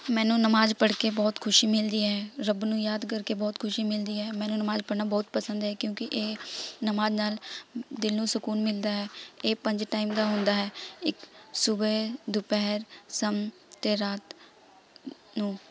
ਮੈਨੂੰ ਨਮਾਜ਼ ਪੜ੍ਹ ਕੇ ਬਹੁਤ ਖੁਸ਼ੀ ਮਿਲਦੀ ਹੈ ਰੱਬ ਨੂੰ ਯਾਦ ਕਰਕੇ ਬਹੁਤ ਖੁਸ਼ੀ ਮਿਲਦੀ ਹੈ ਮੈਨੂੰ ਨਮਾਜ਼ ਪੜ੍ਹਨਾ ਬਹੁਤ ਪਸੰਦ ਹੈ ਕਿਉਂਕਿ ਇਹ ਨਮਾਜ਼ ਨਾਲ ਦਿਲ ਨੂੰ ਸਕੂਨ ਮਿਲਦਾ ਹੈ ਇਹ ਪੰਜ ਟਾਈਮ ਦਾ ਹੁੰਦਾ ਹੈ ਇੱਕ ਸੁਬਹ ਦੁਪਹਿਰ ਸ਼ਾਮ ਅਤੇ ਰਾਤ ਨੂੰ